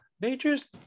nature's